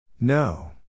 No